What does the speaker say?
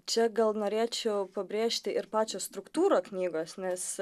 čia gal norėčiau pabrėžti ir pačią struktūrą knygos nes